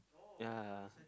ya